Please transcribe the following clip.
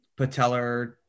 patellar